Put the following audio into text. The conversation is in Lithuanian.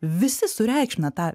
visi sureikšmina tą